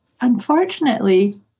Unfortunately